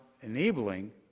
enabling